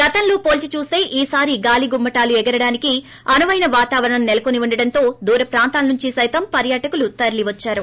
గతంలో పోల్సీ చూస్త ఈ సారి గాలి గుమ్మటాలు ఎగరడానికి అనువైన వాతావరణం నెలకొని ఉండడంతో దూర ప్రాంతాల నుంచి సైతం పర్యాటకులు తరలివచ్చారు